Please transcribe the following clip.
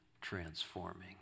transforming